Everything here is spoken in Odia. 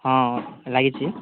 ହଁ ଲାଗିଛି